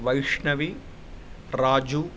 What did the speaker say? Vaishnavi Raju